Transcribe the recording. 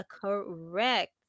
correct